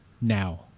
now